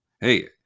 Hey